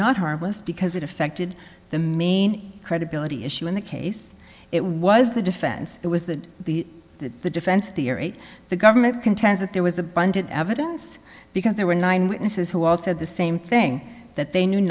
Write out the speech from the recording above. not harmless because it affected the main credibility issue in the case it was the defense it was the the the defense theory the government contends that there was abundant evidence because there were nine witnesses who all said the same thing that they knew